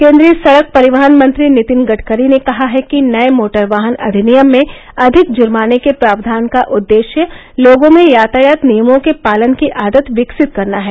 केन्द्रीय सड़क परिवहन मंत्री नितिन गडकरी ने कहा है कि नए मोटर वाहन अधिनियम में अधिक जुर्माने के प्रावधान का उद्देश्य लोगों में यातायात नियमों के पालन की आदत विकसित करना है